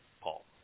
Paul